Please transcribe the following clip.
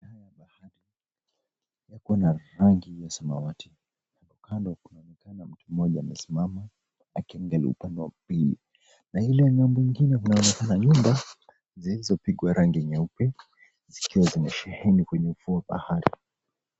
Maji ya bahari yako na rangi ya samawati hapo kando kuna mtu mmoja anaonekana amesimama akiangalia upande wa pili na ile ng'ambo nyengine kunaonekana nyumba zilizopigwa rangi nyeupe zikiwa zimesheheni kwenye ufuo wa bahari.